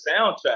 soundtrack